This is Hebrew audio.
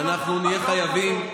ואנחנו נהיה חייבים,